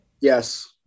yes